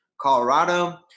Colorado